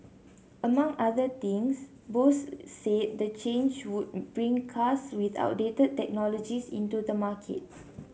among other things Bosch said the change would bring cars with outdated technologies into the market